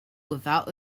without